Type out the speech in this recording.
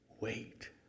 wait